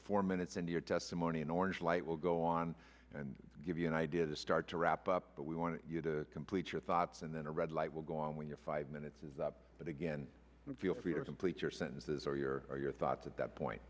four minutes and your testimony in orange light will go on and give you an idea to start to wrap up but we want you to complete your thoughts and then a red light will go on when your five minutes is up again feel free to complete your sentences or your or your thoughts at that point